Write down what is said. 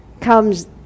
comes